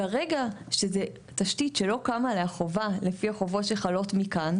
ברגע שזו תשתית שלא קמה עליה חובה לפי החובות שכאן,